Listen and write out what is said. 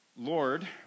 Lord